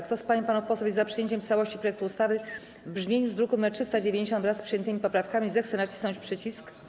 Kto z pań i panów posłów jest za przyjęciem w całości projektu ustawy w brzmieniu z druku nr 390, wraz z przyjętymi poprawkami, zechce nacisnąć przycisk.